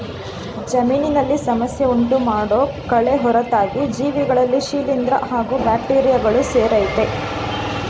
ಜಮೀನಿನಲ್ಲಿ ಸಮಸ್ಯೆ ಉಂಟುಮಾಡೋ ಕಳೆ ಹೊರತಾಗಿ ಜೀವಿಗಳಲ್ಲಿ ಶಿಲೀಂದ್ರ ಹಾಗೂ ಬ್ಯಾಕ್ಟೀರಿಯಗಳು ಸೇರಯ್ತೆ